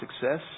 success